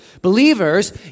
Believers